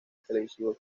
televisivo